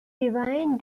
divine